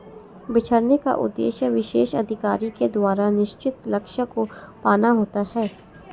बिछड़ने का उद्देश्य विशेष अधिकारी के द्वारा निश्चित लक्ष्य को पाना होता है